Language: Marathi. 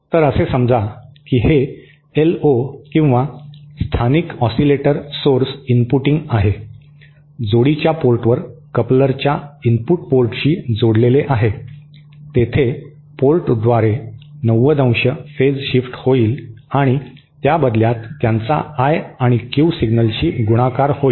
तर असे समजा की हे एलओ किंवा स्थानिक ऑसीलेटर सोर्स इनपुटिंग आहे जोडीच्या पोर्टवर कपलरच्या इनपुट पोर्टशी जोडलेले आहे तेथे पोर्टद्वारे 90° फेज शिफ्ट होईल आणि त्या बदल्यात त्यांचा आय आणि क्यू सिग्नलशी गुणाकार होईल